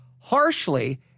harshly